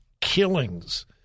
killings